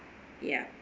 ya